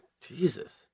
Jesus